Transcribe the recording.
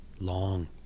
Long